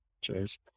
Cheers